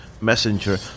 messenger